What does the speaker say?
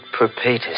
perpetus